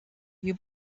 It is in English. you